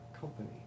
company